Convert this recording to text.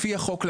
לפי החוק,